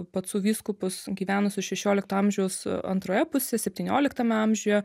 pacų vyskupus gyvenusius šešiolikto amžiaus antroje pusėje septynioliktame amžiuje